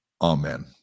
Amen